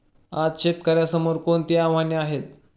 आज शेतकऱ्यांसमोर कोणती आव्हाने आहेत?